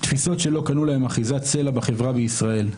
תפיסות שלא קנו להן אחיזת סלע בחברה בישראל.